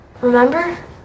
remember